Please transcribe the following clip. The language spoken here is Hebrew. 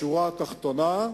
בשורה התחתונה,